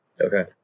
okay